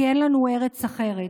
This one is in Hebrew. כי אין לנו ארץ אחרת.